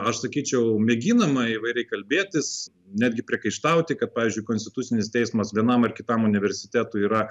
aš sakyčiau mėginama įvairiai kalbėtis netgi priekaištauti kad pavyzdžiui konstitucinis teismas vienam ar kitam universitetui yra